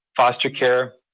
foster care,